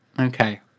Okay